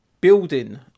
building